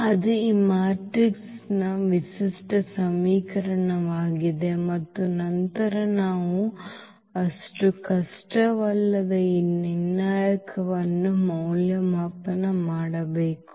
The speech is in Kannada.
ಅದು ಈ ಮ್ಯಾಟ್ರಿಕ್ಸ್ನ ವಿಶಿಷ್ಟ ಸಮೀಕರಣವಾಗಿದೆ ಮತ್ತು ನಂತರ ನಾವು ಅಷ್ಟು ಕಷ್ಟವಲ್ಲದ ಈ ನಿರ್ಣಾಯಕವನ್ನು ಮೌಲ್ಯಮಾಪನ ಮಾಡಬೇಕು